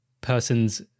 person's